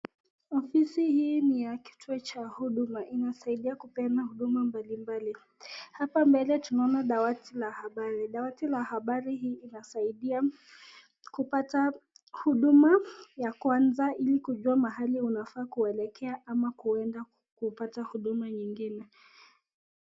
Ofisi hii ni ya kituo cha huduma, inasaidia kupeana huduma mbalimbali. Hapa mbele tunaona dawati la habari, dawati la habari hii inasaidia kupata huduma ya kwanza ili kujua mahali unafaa kuelekea ama kuenda kupata huduma nyingine.